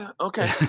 okay